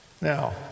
Now